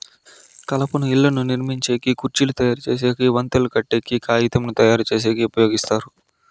కలపను ఇళ్ళను నిర్మించేకి, కుర్చీలు తయరు చేసేకి, వంతెనలు కట్టేకి, కాగితంను తయారుచేసేకి ఉపయోగిస్తారు